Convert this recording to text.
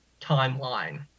timeline